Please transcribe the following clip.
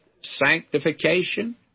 sanctification